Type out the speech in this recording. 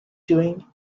doing